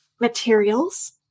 materials